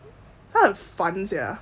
他很烦 sia